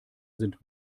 sind